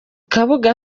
kabuga